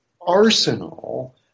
arsenal